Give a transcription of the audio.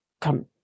come